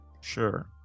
Sure